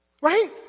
Right